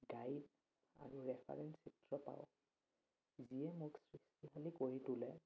guide আৰু reference চিত্ৰ পাওঁ যিয়ে মোক সৃষ্টিশালী কৰি তোলে